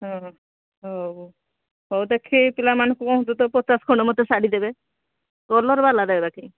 ହଁ ହଉ ହଉ ଦେଖି ପିଲାମାନଙ୍କୁ କହନ୍ତୁ ତ ପଚାଶ ଖଣ୍ଡ ମୋତେ ଶାଢ଼ୀ ଦେବେ କଲର୍ ବାଲା ଦେବେ ବାକି